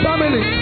Family